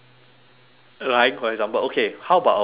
lying for example okay how about a white lie